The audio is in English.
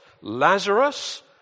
Lazarus